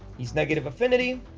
he's negative affinity